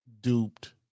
Duped